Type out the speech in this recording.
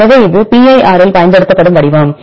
எனவே இது pir ல் பயன்படுத்தப்படும் வடிவம்